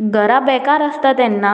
घरा बेकार आसता तेन्ना